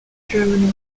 germany